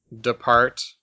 depart